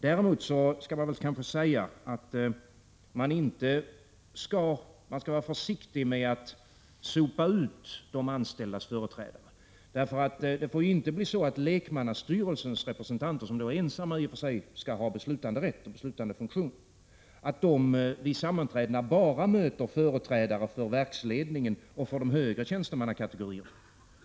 Däremot skall man kanske vara försiktig med att sopa ut de anställdas företrädare. Det får inte bli så att lekmannastyrelsens representanter, som då ensamma skall ha beslutanderätt och beslutandefunktion, vid sammanträdena bara möter företrädare för verksledningen och för de högre tjänstemannakategorierna.